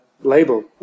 label